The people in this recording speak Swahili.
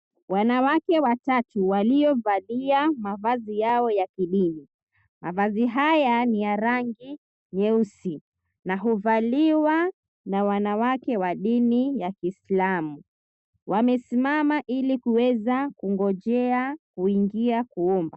Wanawake watatu, waliovalia mavazi yao ya kidini. Mavazi haya ni ya rangi nyeusi na huvaliwa na wanawake wa dini ya Kiislamu. Wamesimama ili kuweza kungojea kuingia kuomba.